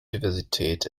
diversität